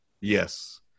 Yes